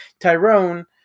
Tyrone